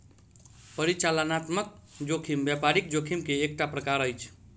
परिचालनात्मक जोखिम व्यापारिक जोखिम के एकटा प्रकार अछि